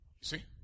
see